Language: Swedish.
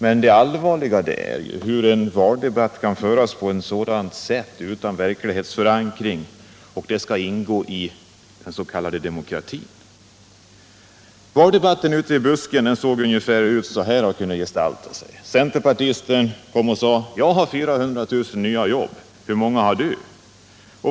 Men det allvarliga är att en valdebatt kan föras på detta sätt utan verklighetsförankring, fastän den skall ingå i det som kallas demokrati. Valdebatten ute i busken kunde gestalta sig ungefär så här. Centerpartisten säger: Jag har 400 000 nya jobb. Hur många har du?